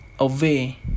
Away